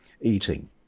eating